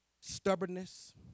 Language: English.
Stubbornness